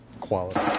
quality